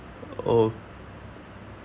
oh